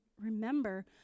remember